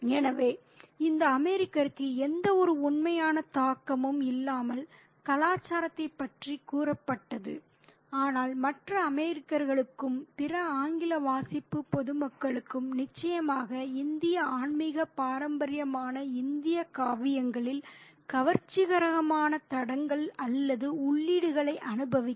எனவே இந்த அமெரிக்கருக்கு எந்தவொரு உண்மையான தாக்கமும் இல்லாமல் கலாச்சாரத்தை பற்றி கூறப்பட்டது ஆனால் மற்ற அமெரிக்கர்களுக்கும் பிற ஆங்கில வாசிப்பு பொதுமக்களுக்கும் நிச்சயமாக இந்திய ஆன்மீக பாரம்பரியமான இந்திய காவியங்களில் கவர்ச்சிகரமான தடங்கள் அல்லது உள்ளீடுகளை அனுபவிக்கும்